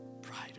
brighter